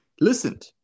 listened